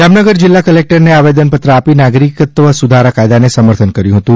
જામનગર જીલ્લા કલેક્ટરને આવેદનપત્ર આપી નાગરિકતા સુધારા કાથદાને સમર્થન કર્યું હતું